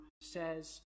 says